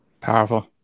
Powerful